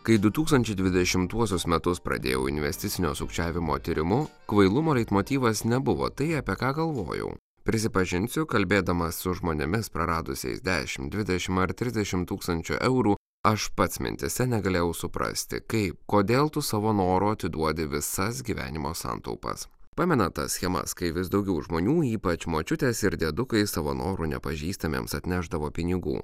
kai du tūkstančiai dvidešimtuosius metus pradėjau investicinio sukčiavimo tyrimu kvailumo leitmotyvas nebuvo tai apie ką galvojau prisipažinsiu kalbėdamas su žmonėmis praradusiais dešimt dvidešimt ar trisdešimt tūkstančių eurų aš pats mintyse negalėjau suprasti kaip kodėl tu savo noru atiduodi visas gyvenimo santaupas pamenat tas schemas kai vis daugiau žmonių ypač močiutės ir diedukai savo noru nepažįstamiems atnešdavo pinigų